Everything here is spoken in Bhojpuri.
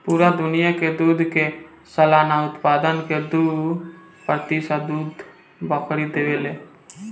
पूरा दुनिया के दूध के सालाना उत्पादन के दू प्रतिशत दूध बकरी देवे ले